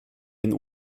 den